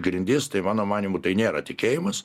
grindis tai mano manymu tai nėra tikėjimas